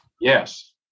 Yes